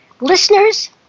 Listeners